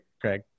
craig